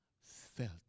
felt